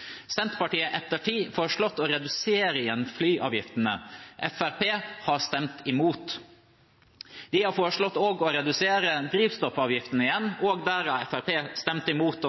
Senterpartiet stemte imot. Senterpartiet har i ettertid foreslått å redusere flyavgiftene igjen. Fremskrittspartiet har stemt imot. Vi har også foreslått å redusere drivstoffavgiften igjen, også der har Fremskrittspartiet stemt imot.